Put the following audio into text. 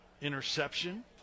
interception